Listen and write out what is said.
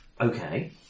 Okay